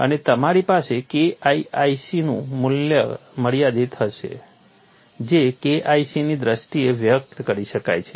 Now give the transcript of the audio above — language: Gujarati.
અને તમારી પાસે KIIC નું મર્યાદિત મૂલ્ય શું છે જે KIC ની દ્રષ્ટિએ વ્યક્ત કરી શકાય છે